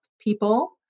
people